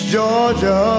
Georgia